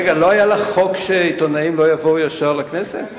רגע, לא היה לך חוק שעיתונאים לא יבואו ישר לכנסת?